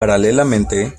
paralelamente